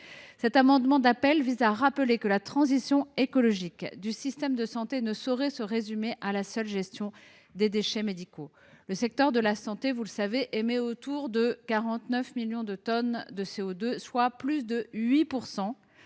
cet amendement d’appel, je souhaite dire de nouveau que la transition écologique du système de santé ne saurait se résumer à la seule gestion des déchets médicaux. Le secteur de la santé, vous le savez, émet autour de 49 millions de tonnes de CO2, ce qui